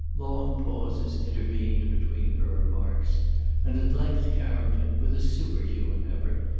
long pauses intervened between her remarks and at length carrington, with a superhuman effort,